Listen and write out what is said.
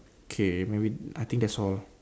okay maybe I think that's all